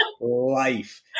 life